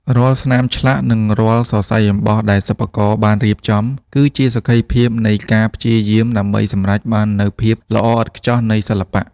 រាល់ស្នាមឆ្លាក់ និងរាល់សរសៃអំបោះដែលសិប្បករបានរៀបចំ គឺជាសក្ខីភាពនៃការព្យាយាមដើម្បីសម្រេចបាននូវភាពល្អឥតខ្ចោះនៃសិល្បៈ។